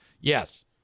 Yes